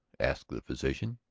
asked the physician.